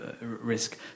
Risk